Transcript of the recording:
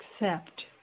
accept